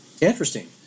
Interesting